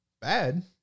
bad